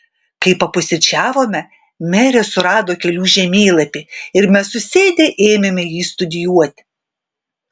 kai papusryčiavome merė surado kelių žemėlapį ir mes susėdę ėmėme jį studijuoti